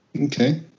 okay